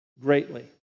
greatly